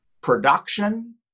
production